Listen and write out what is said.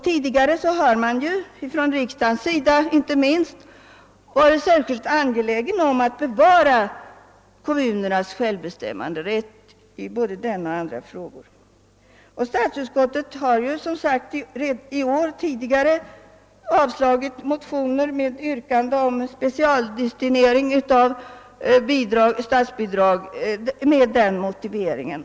Tidigare har ju inte minst riksdagen varit särskilt ange-- lägen om att bevara kommunernas självbestämmanderätt i både denna och andra frågor. Men statsutskottet har ju tidigare i år avstyrkt motioner med yrkande om specialdestinering av statsbidrag med den motiveringen.